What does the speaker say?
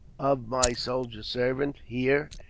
of my soldier servant, here,